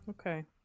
okay